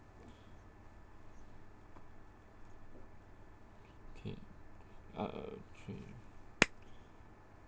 okay uh three